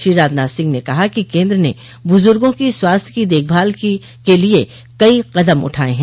श्री राजनाथ सिंह ने कहा कि केन्द्र ने बुजुर्गों की स्वास्थ देखभाल की लिए कई कदम उठाए हैं